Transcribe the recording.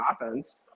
offense